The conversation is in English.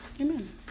Amen